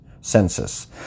census